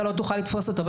אתה לא תוכל לתפוס אותו.